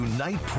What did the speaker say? Unite